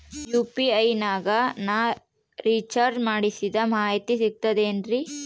UPI ನಾಗ ನಾ recharge ಮಾಡಿಸಿದ ಮಾಹಿತಿ ಸಿಕ್ತದೆ ಏನ್ರಿ?